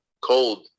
cold